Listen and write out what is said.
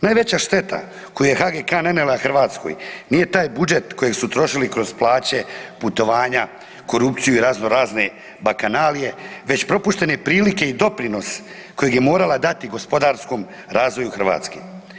Najveća šteta koju je HGK-a nanijela Hrvatskoj nije taj budžet kojeg su trošili kroz plaće, putovanja, korupciju i raznorazne bakanalije već propuštene prilike i doprinos kojeg je morala dati gospodarskom razvoju Hrvatske.